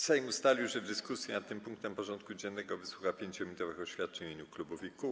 Sejm ustalił, że w dyskusji nad tym punktem porządku dziennego wysłucha 5-minutowych oświadczeń w imieniu klubów i kół.